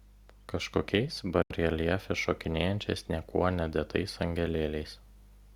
kažkokiais bareljefe šokinėjančiais niekuo nedėtais angelėliais